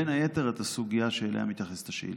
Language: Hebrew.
בין היתר, את הסוגיה שאליה מתייחסת השאילתה.